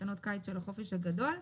קייטנות קיץ של החופש הגדול.